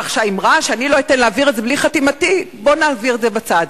כך שהאמירה ש"אני לא אתן להעביר את זה בלי חתימתי" בוא נעביר את זה בצד.